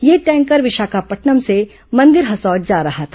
यह टैंकर विशाखापटनम से मंदिर हसौद जा रहा था